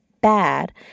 bad